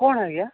କ'ଣ ଆଜ୍ଞା